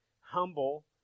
humble